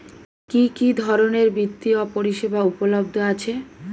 কি কি ধরনের বৃত্তিয় পরিসেবা উপলব্ধ আছে?